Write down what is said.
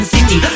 City